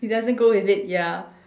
it doesn't go with it ya